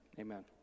amen